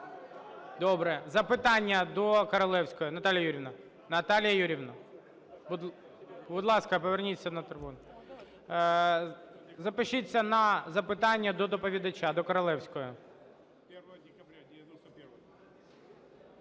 Добре, запитання до Королевської. Наталія Юріївна, Наталія Юріївна, будь ласка, поверніться на трибуну. Запишіться на запитання до доповідача, до Королевської.